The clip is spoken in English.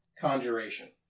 Conjuration